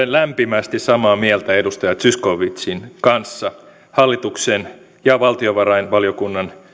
lämpimästi samaa mieltä edustaja zyskowiczin kanssa hallituksen ja valtiovarainvaliokunnan